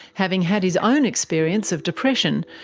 having had his own experience of depression,